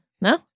No